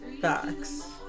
Facts